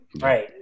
Right